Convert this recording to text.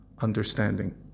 understanding